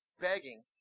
begging